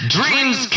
Dreams